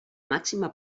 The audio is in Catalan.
màxima